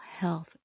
health